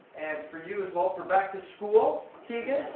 and for you as well, for back to school keegan.